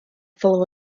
full